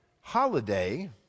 holiday